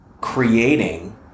creating